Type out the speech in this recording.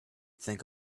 think